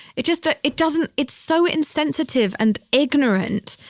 it just, ah it doesn't, it's so insensitive and ignorant.